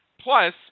plus